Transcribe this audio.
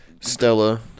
Stella